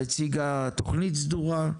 והציגה תוכנית סדורה.